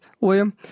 William